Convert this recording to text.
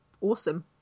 Awesome